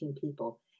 people